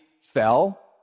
fell